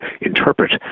interpret